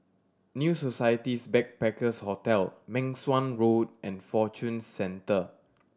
New Society's Backpackers' Hotel Meng Suan Road and Fortune Centre